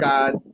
God